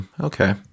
okay